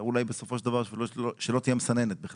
אולי בסופו של דבר בכלל לא תהיה מסננת.